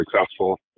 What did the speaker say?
successful